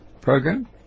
Program